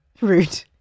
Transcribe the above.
Rude